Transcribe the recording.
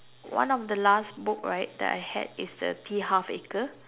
one of the last book right that I had is the T-Harv-Eker